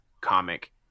comic